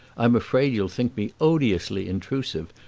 i'm afraid you'll think me odiously intrusive,